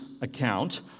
account